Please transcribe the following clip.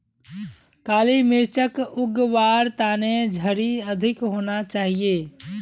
काली मिर्चक उग वार तने झड़ी अधिक होना चाहिए